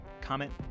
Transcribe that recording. comment